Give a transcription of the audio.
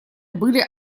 были